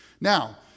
Now